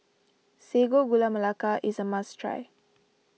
Sago Gula Melaka is a must try